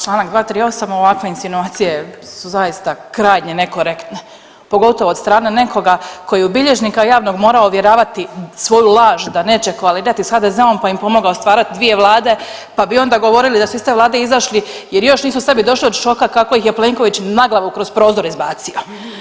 Članak 238., ovakvim insinuacije su zaista krajnje nekorektne pogotovo od strane nekoga koji je u bilježnika javnog morao ovjeravati svoju laž da neće koalirati s HDZ-om pa im pomogao stvarat dvije vlade pa bi onda govorili da su iz te vlade izašli jer još nisu sebi došli od šoka kako ih je Plenković na glavu kroz prozore izbacio.